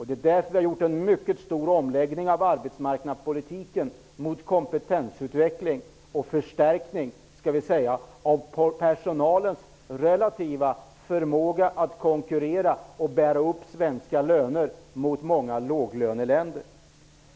Det är därför vi har gjort en mycket stor omläggning av arbetsmarknadspolitiken, mot kompetensutveckling och förstärkning av personalens relativa förmåga att konkurrera och bära upp svenska löner, jämfört med många låglöneländer.